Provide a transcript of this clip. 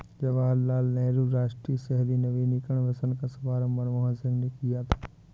जवाहर लाल नेहरू राष्ट्रीय शहरी नवीकरण मिशन का शुभारम्भ मनमोहन सिंह ने किया था